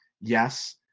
Yes